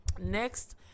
Next